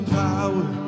power